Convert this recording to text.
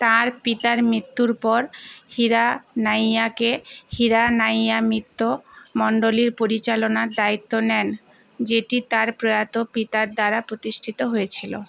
তাঁর পিতার মিত্যুর পর হিরানাইয়াকে হিরানাইয়া মিত্র মণ্ডলীর পরিচালনার দায়িত্ব নেন যেটি তাঁর প্রয়াত পিতার দ্বারা প্রতিষ্ঠিত হয়েছিল